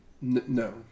No